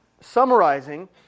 summarizing